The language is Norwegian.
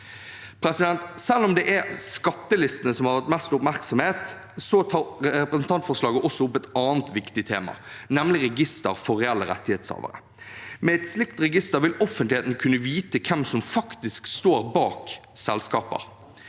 ivaretatt. Selv om det er skattelistene som har fått mest oppmerksomhet, tar representantforslaget også opp et annet viktig tema, nemlig register for reelle rettighetshavere. Med et slikt register vil offentligheten kunne vite hvem som faktisk står bak selskaper.